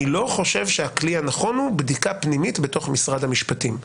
אני לא חושב שהכלי הנכון הוא בדיקה פנימית בתוך משרד המשפטים.